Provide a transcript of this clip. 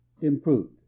improved